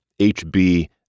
HB